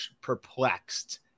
perplexed